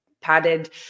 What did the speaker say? padded